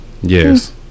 Yes